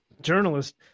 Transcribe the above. journalist